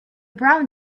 brown